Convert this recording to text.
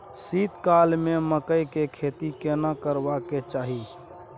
शीत काल में मकई के खेती केना करबा के चाही?